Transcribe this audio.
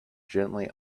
gently